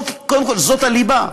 קודם כול, זאת הליבה.